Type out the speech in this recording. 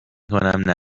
کنم